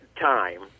time